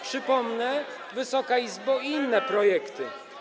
Przypomnę, Wysoka Izbo, i inne projekty.